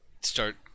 start